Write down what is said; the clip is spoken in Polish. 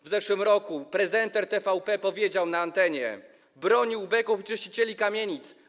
W zeszłym roku prezenter TVP powiedział na antenie: broni ubeków i czyścicieli kamienic.